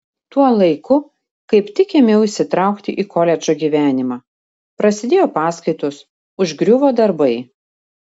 tuo laiku kaip tik ėmiau įsitraukti į koledžo gyvenimą prasidėjo paskaitos užgriuvo darbai